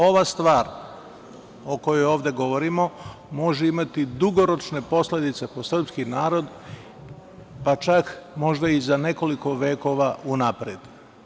Ova stvar o kojoj ovde govorimo može imati dugoročne posledice po srpski narod, pa čak možda i za nekoliko vekova unapred.